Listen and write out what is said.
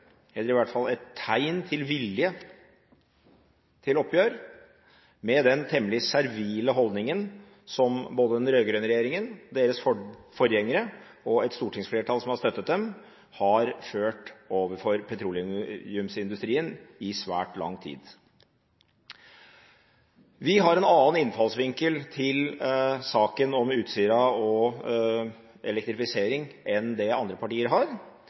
oppgjør, eller i hvert fall et tegn til vilje til oppgjør, med den temmelig servile holdningen som både den rød-grønne regjeringen, deres forgjengere og et stortingsflertall som har støttet dem, har ført overfor petroleumsindustrien i svært lang tid. Vi har en annen innfallsvinkel til saken om Utsira og elektrifisering enn det andre partier har.